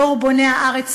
דור בוני הארץ,